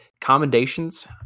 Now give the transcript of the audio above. commendations